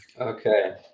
Okay